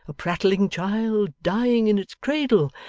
a prattling child, dying in its cradle,